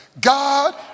God